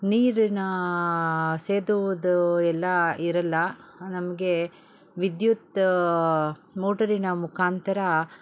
ನೀರಿನ ಸೇದುವುದು ಎಲ್ಲ ಇರಲ್ಲ ನಮಗೆ ವಿದ್ಯುತ್ ಮೋಟರಿನ ಮುಖಾಂತರ